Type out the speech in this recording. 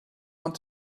want